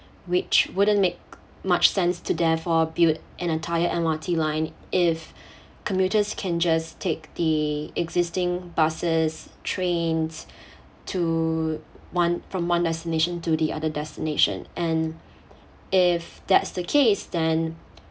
which wouldn't make much sense to therefore build an entire M_R_T line if commuters can just take the existing buses trains to one from one destination to the other destination and if that's the case then